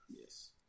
Yes